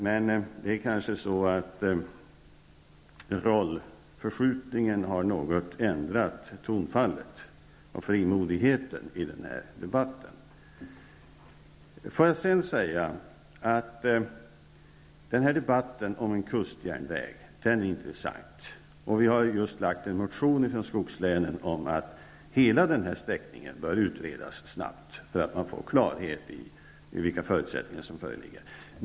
Men det är kanske så att rollförskjutningen något ändrat tonfallet, frimodigheten i debatten. Sedan vill jag säga att debatten om en kustjärnväg är intressant. Vi från skogslänen har just väckt en motion om att hela sträckningen snarast måste bli föremål för en utredning för att man skall kunna få klarhet i vilka förutsättningar som föreligger.